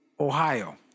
Ohio